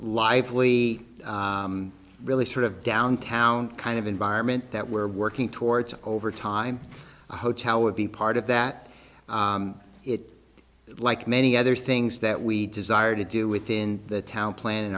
lively really sort of downtown kind of environment that we're working towards over time a hotel would be part of that it like many other things that we desire to do within the town plan